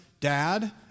Dad